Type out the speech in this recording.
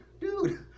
dude